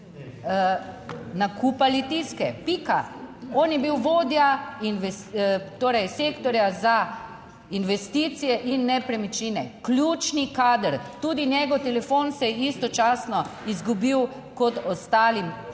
nakupa Litijske. Pika! On je bil vodja torej sektorja za investicije in nepremičnine, ključni kader, tudi njegov telefon se je istočasno izgubil kot ostalim